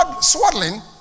swaddling